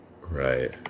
Right